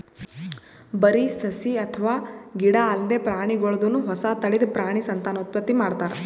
ಬರಿ ಸಸಿ ಅಥವಾ ಗಿಡ ಅಲ್ದೆ ಪ್ರಾಣಿಗೋಲ್ದನು ಹೊಸ ತಳಿದ್ ಪ್ರಾಣಿ ಸಂತಾನೋತ್ಪತ್ತಿ ಮಾಡ್ತಾರ್